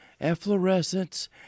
efflorescence